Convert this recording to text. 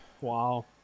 Wow